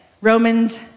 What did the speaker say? Romans